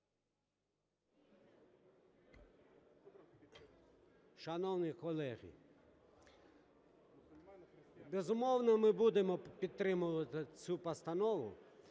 Шановні колеги, безумовно, ми будемо підтримувати цю постанову.